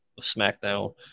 SmackDown